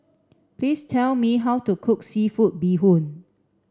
please tell me how to cook seafood bee hoon